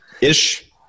ish